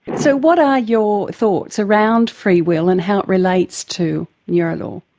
so what are your thoughts around free will and how it relates to neurolaw?